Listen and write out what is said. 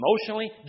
emotionally